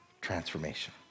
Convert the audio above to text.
transformation